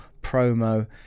promo